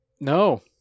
No